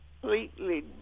completely